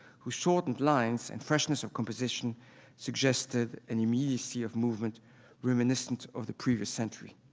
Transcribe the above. whose shortened lines and freshness of composition suggested an immediacy of movement reminiscent of the previous century.